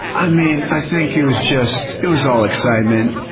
i mean, i think it was just, it was all excitement.